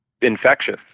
infectious